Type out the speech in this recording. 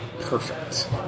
perfect